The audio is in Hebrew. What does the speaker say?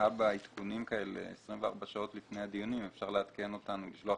עדכונים כאלה 24 שעות לפני דיון, אפשר לשלוח לנו.